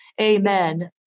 amen